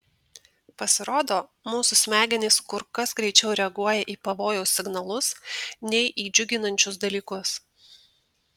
pasirodo mūsų smegenys kur kas greičiau reaguoja į pavojaus signalus nei į džiuginančius dalykus